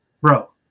Bro